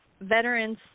veterans